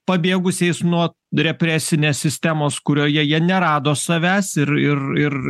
pabėgusiais nuo represinės sistemos kurioje jie nerado savęs ir ir ir